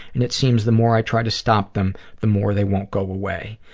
and it seems the more i try to stop them, the more they won't go away.